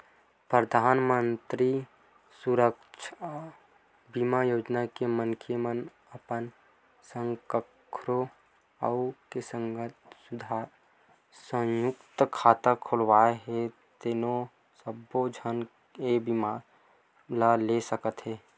परधानमंतरी सुरक्छा बीमा योजना म मनखे अपन संग कखरो अउ के संघरा संयुक्त खाता खोलवाए हे तेनो सब्बो झन ए बीमा ल ले सकत हे